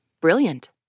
Brilliant